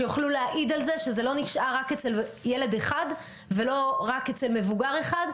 שיוכלו להעיד על זה שזה לא נשאר רק אצל ילד אחד ולא רק אצל מבוגר אחד,